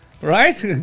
Right